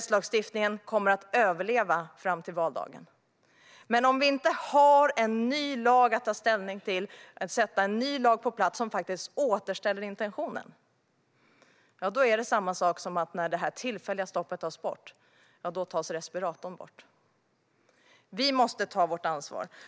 LSS kommer att överleva fram till valdagen. Men om vi inte har en ny lag att ta ställning till och få på plats som återställer intentionen är det samma sak som att när det tillfälliga stoppet tas bort tas också respiratorn bort. Vi måste ta vårt ansvar.